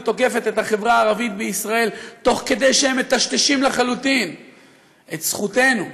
תוקפת את החברה הערבית בישראל תוך כדי שהם מטשטשים לחלוטין את זכותנו,